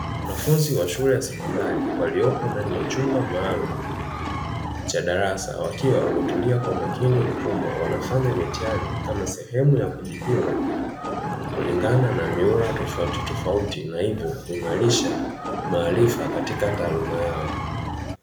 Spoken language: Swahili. Wanafunzi wa shule ya sekondari waliopo, ndani ya chumba maalumu cha darasa. Wakiwa wametulia kwa makini mkubwa wanafanya mitihani kama sehemu ya kujipima kulingana na mihula tofautitofauti. Na hivyo kuimarisha maarifa katika taaluma yao.